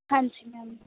ਹਾਂਜੀ ਮੈਮ